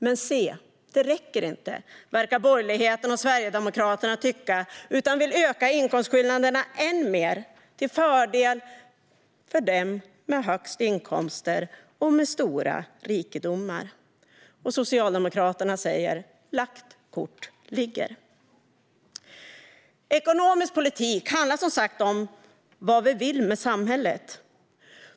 Men se det räcker inte, verkar borgerligheten och Sverigedemokraterna tycka. De vill öka inkomstskillnaderna ännu mer till fördel för dem med högst inkomster och med stora rikedomar. Och Socialdemokraterna säger: Lagt kort ligger. Ekonomisk politik handlar som sagt om vad vi vill med samhället.